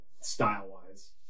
style-wise